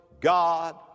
God